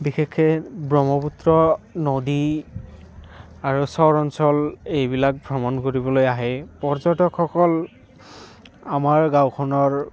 বিশেষকে ব্ৰহ্মপুত্ৰ নদী আৰু চৰ অঞ্চল এইবিলাক ভ্ৰমণ কৰিবলৈ আহে পৰ্যটকসকল আমাৰ গাঁওখনৰ